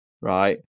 right